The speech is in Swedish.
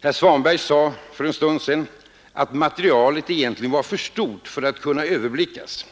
Herr Svanberg sade för en stund sedan att materialet egentligen var för stort för att kunna överblickas.